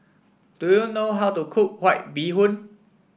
do you know how to cook White Bee Hoon